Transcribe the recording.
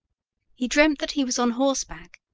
he dreamt that he was on horseback,